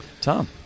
Tom